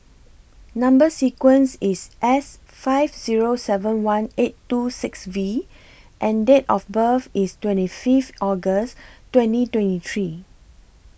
Number sequence IS S five Zero seven one eight two six V and Date of birth IS twenty five August twenty twenty three